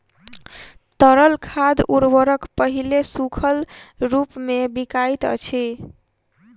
तरल खाद उर्वरक पहिले सूखल रूपमे बिकाइत अछि